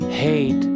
hate